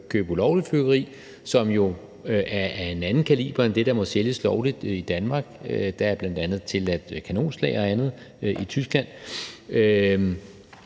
købe ulovligt fyrværkeri, som jo er af en anden kaliber end det, der må sælges lovligt i Danmark. Der er bl.a. tilladt kanonslag og andet i Tyskland.